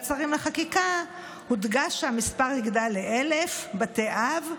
שרים לחקיקה הודגש שהמספר יגדל ל-1,000 בתי אב.